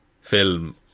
film